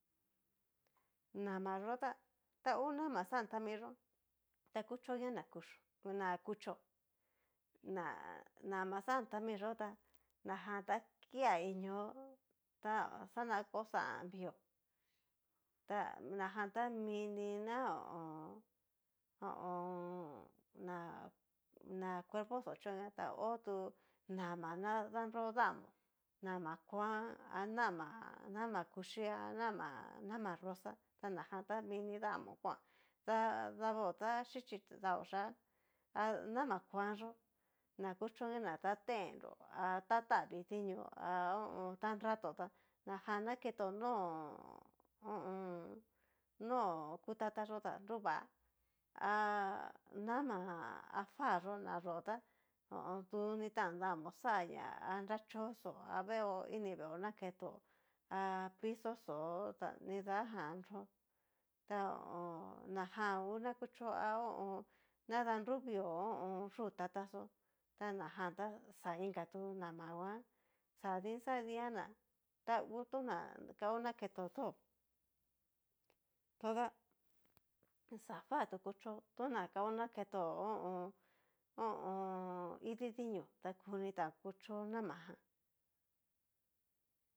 Nama yó tá tangu nama xantamí yó ta kuchónña na kuchio na'a kuchó, na nama xatamiyó tá najan ta kia inió xaná ko xán vio ta najan ta mini na ho o on. ho o on. na na cuerpo xó chioña, ta ho tu nama na danro damó nama kuan a nama nama kuchí anama nama rosá ta na jan ta mini damó kuan da davo ta xhichí tao xhian, a nama kuan yó na kuchóna na ta tenró atavii dinio ha ho o on. ta nrato tá najan naketó nó ho o on. no kutata yó ta nruvá anama ha fá yó tá duni tan damo xhanña anrachoxo a veeo a ini veeo naketó, ha pizo xó ta nidajan nró ta hó. najan ngu na kuchó ha ho o on. na danruvio ho o on. yutata xó ta najan tú ta xa inka tu nama nguan xadín xadián ná ta hú tona kao naquetó dó todá xa fá tu kuchó tó na kao naketó ho o on. ho o on. ididinió ta kuni tan kuchó namaján.